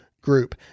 Group